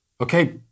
Okay